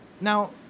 now